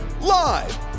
Live